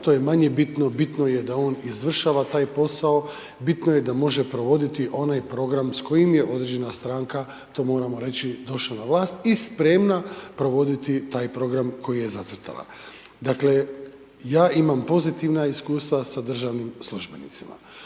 to je manje bitno, bitno je da on izvršava taj posao, bitno je da može provoditi onaj program s kojim je određena stranka, to moramo reći došla na vlast, i spremna provoditi taj program koji je zacrtala. Dakle, ja imam pozitivna iskustva sa državnim službenicima.